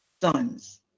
sons